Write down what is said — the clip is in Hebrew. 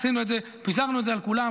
עשינו את זה, פיזרנו את זה על כולם.